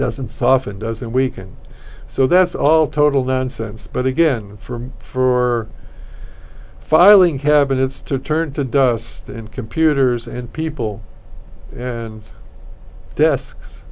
doesn't soften doesn't weaken so that's all total nonsense but again from for filing cabinets to turn to dust and computers and people and desks